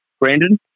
Brandon